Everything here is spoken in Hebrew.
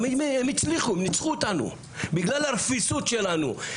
הם הצליחו, ניצחו אותנו, בגלל הרפיסות שלנו.